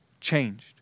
changed